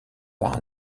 par